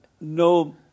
no